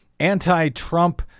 Anti-Trump